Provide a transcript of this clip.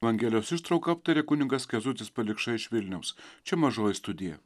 evangelijos ištrauką aptarė kunigas kęstutis palikša iš vilniaus čia mažoji studija